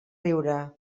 riure